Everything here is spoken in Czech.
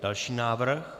Další návrh.